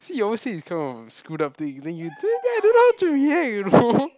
see you always say this kind of screwed up things then you I don't know how to react you know